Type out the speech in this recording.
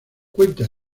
cuenta